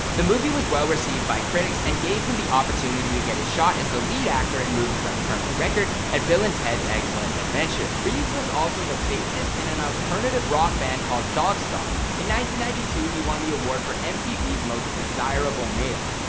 the movie was well received by critics and gave him the opportunity to get his shot as the lead actor in movies like permanent record and bill and ted's excellent adventure. reeves was also the bassist in an alternative rock band called dogstar. in one thousand ninety two, he won the award for mtv's most desirable male.